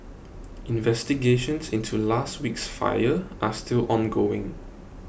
investigations into last week's fire are still ongoing